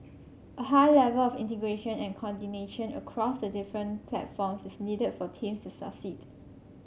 a high level of integration and coordination across the different platforms is needed for teams to succeed